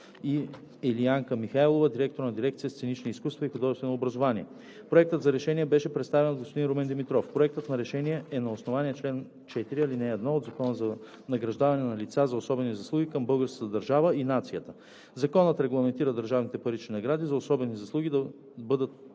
и Елиянка Михайлова – директор на дирекция „Сценични изкуства и художествено образование“ . Проектът за решение беше представен от господин Румен Димитров. Проектът на решение е на основание чл. 4, ал. 1 от Закона за награждаване на лица за особени заслуги към българската държава и нацията. Законът регламентира държавните парични награди за особени заслуги да бъдат: